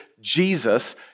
Jesus